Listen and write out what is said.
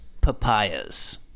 Papayas